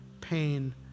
pain